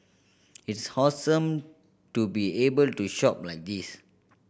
it's awesome to be able to shop like this